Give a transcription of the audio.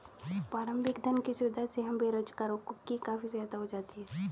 प्रारंभिक धन की सुविधा से हम बेरोजगारों की काफी सहायता हो जाती है